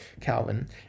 calvin